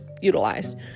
utilized